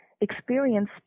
experience